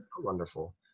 wonderful